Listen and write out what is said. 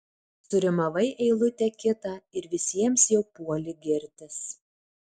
surimavai eilutę kitą ir visiems jau puoli girtis